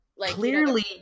Clearly